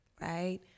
right